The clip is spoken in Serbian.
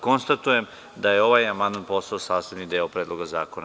Konstatujem da je ovaj amandman postao sastavni deo Predloga zakona.